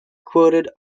quoted